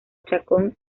chacón